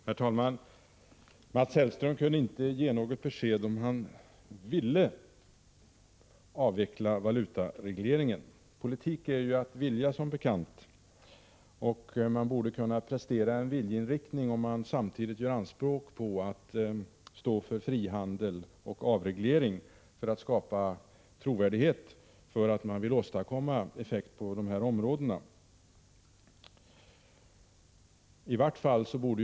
Herr talman! Mats Hellström kunde inte ge något besked om huruvida han ville avveckla valutaregleringen. Politik är att vilja, som bekant, och man borde kunna prestera en viljeinriktning om man gör anspråk på att stå för frihandel och avreglering, för att talet om viljan att åstadkomma effekt på dessa områden skall vara trovärdigt.